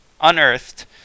unearthed